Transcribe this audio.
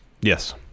Yes